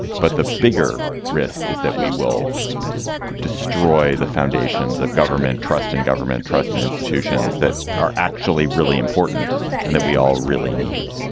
but the bigger risk is that we will destroy the foundations of government trust in government trust in institutions that are actually really important and that we all really need